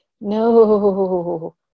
No